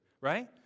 right